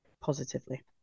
positively